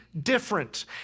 different